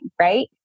right